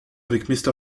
avec